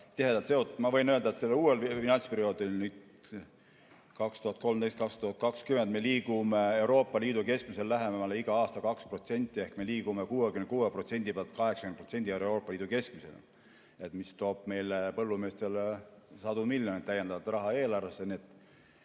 tihedalt seotud, siis ma võin öelda, et sellel uuel finantsperioodil 2014–2020 me liigume Euroopa Liidu keskmisele lähemale igal aastal 2% ehk me liigume 66% pealt 80%-le Euroopa Liidu keskmisest, mis toob meie põllumeestele sadu miljoneid täiendavat raha eelarvesse.